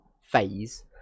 phase